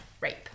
rape